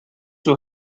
will